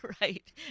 Right